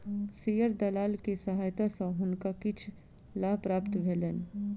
share दलाल के सहायता सॅ हुनका किछ लाभ प्राप्त भेलैन